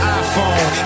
iphone